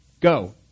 Go